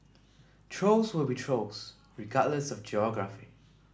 trolls will be trolls regardless of geography